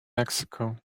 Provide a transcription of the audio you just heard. mexico